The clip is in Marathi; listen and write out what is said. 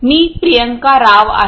मी प्रियंका राव आहे